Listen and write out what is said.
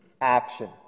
action